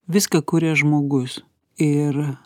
viską kuria žmogus ir